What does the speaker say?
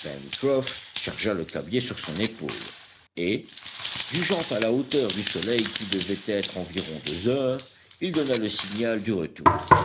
pencroff chargea le cabiai sur son épaule et jugeant à la hauteur du soleil qu'il devait être environ deux heures il donna le signal du retour